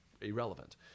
irrelevant